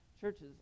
churches